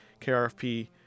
KRFP